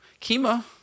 Kima